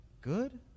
Good